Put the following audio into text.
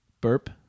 Burp